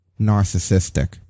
narcissistic